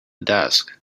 desk